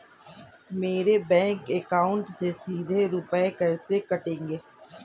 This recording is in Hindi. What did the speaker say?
मेरे बैंक अकाउंट से सीधे रुपए कैसे कटेंगे?